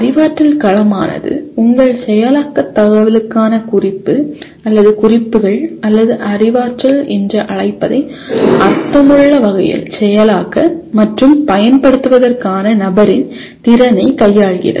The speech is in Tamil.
அறிவாற்றல் களமானது உங்கள் செயலாக்கத் தகவலுக்கான குறிப்பு குறிப்புகள் அல்லது அறிவாற்றல் என்று அழைப்பதை அர்த்தமுள்ள வகையில் செயலாக்க மற்றும் பயன்படுத்துவதற்கான நபரின் திறனைக் கையாள்கிறது